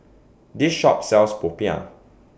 This Shop sells Popiah